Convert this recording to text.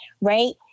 Right